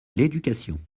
l’éducation